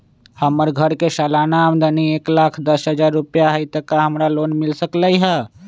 हमर घर के सालाना आमदनी एक लाख दस हजार रुपैया हाई त का हमरा लोन मिल सकलई ह?